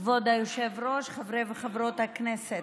כבוד היושב-ראש, חברי וחברות הכנסת,